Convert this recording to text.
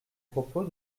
propos